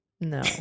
No